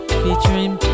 featuring